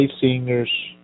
singers